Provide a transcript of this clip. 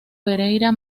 pereira